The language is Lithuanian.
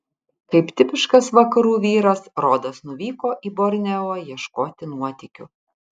kaip tipiškas vakarų vyras rodas nuvyko į borneo ieškoti nuotykių